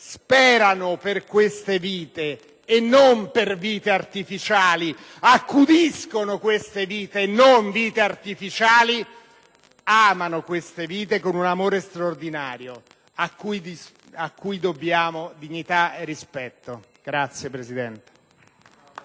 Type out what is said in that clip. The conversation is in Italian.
sperano per queste vite (e non per vite artificiali), accudiscono queste vite (e non vite artificiali), le amano con un amore straordinario a cui dobbiamo dignità e rispetto. *(Applausi